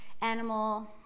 animal